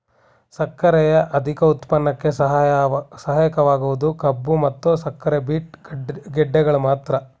ಸಕ್ಕರೆಯ ಅಧಿಕ ಉತ್ಪನ್ನಕ್ಕೆ ಸಹಾಯಕವಾಗುವುದು ಕಬ್ಬು ಮತ್ತು ಸಕ್ಕರೆ ಬೀಟ್ ಗೆಡ್ಡೆಗಳು ಮಾತ್ರ